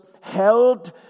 held